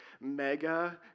mega